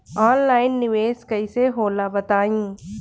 Online निवेस कइसे होला बताईं?